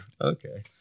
Okay